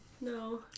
No